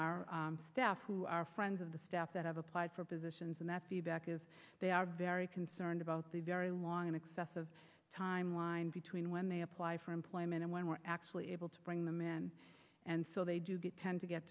our staff who are friends of the staff that have applied for positions and that feedback is they are very concerned about the very long and excessive time line between when they apply for employment and when we're actually able to bring the men and so they do get tend to get